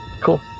Cool